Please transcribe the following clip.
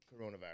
coronavirus